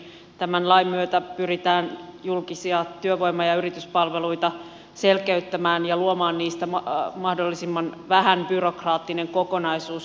tämän lain myötä pyritään selkeyttämään julkisia työvoima ja yrityspalveluita ja luomaan niistä mahdollisimman vähän byrokraattinen kokonaisuus